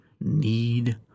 Need